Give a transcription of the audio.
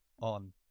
on